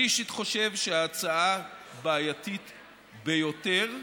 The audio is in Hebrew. אני אישית חושב שההצעה בעייתית ביותר,